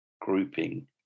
grouping